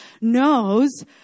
knows